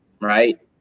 right